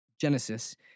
Genesis